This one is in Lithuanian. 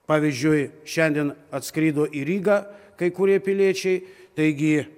pavyzdžiui šiandien atskrido į rygą kai kurie piliečiai taigi